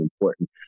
important